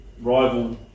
rival